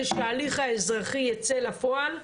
זה שההליך האזרחי יצא לפועל,